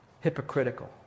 hypocritical